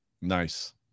Nice